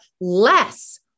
less